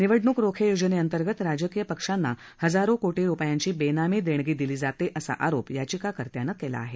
निवडणूक रोखे योजनेअंतर्गत राजकीय पक्षांना हजारो कोटी रुपयांची बेनामी देणगी दिली जाते असा आरोप याचिकाकर्त्यांनं केला आहे